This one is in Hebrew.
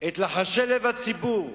את לחשי לב הציבור?